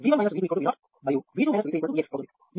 ఇది V1 V2 మరియు V3 అనుకుంటే V1 V2 V0 మరియు V2 V3 Vx అవుతుంది